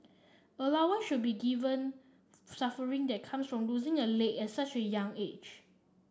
should be given suffering that comes from losing a leg at such a young age